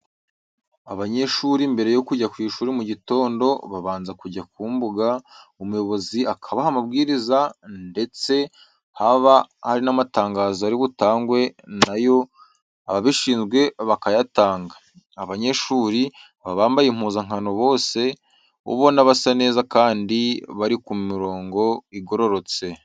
Abanyeshuri mbere yo kujya mu ishuri mu gitondo, babanza kujya mu mbuga umuyobozi akabaha amabwiriza, ndetse haba hari n'amatangazo ari butangwe na yo ababishinzwe bakayatanga. Abanyeshuri baba bambaye impuzankano bose, ubona basa neza kandi bari ku mirongo igororotse.